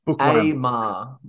A-Ma